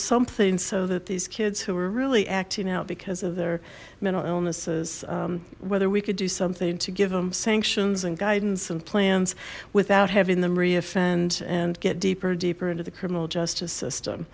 something so that these kids who were really acting out because of their mental illnesses whether we could do something to give them sanctions and guidance and plans without having them reoffended get deeper deeper into the criminal justice system